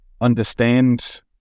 understand